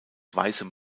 weißem